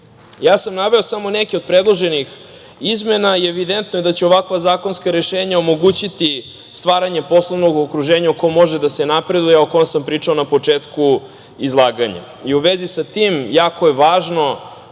sam samo neke od predloženih izmena, i evidentno je da će ovakva zakonska rešenja omogućiti stvaranje poslovnog okruženja u kom može da se napreduje, o kom sam pričao na početku izlaganja.U vezi sa tim, jako je važno